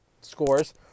scores